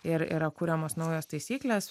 ir yra kuriamos naujos taisyklės